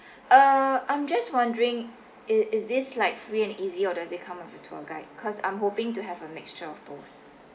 uh I'm just wondering is is this like free and easy or does it come with a tour guide because I'm hoping to have a mixture of both